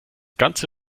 ganze